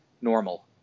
normal